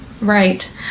Right